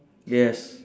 yes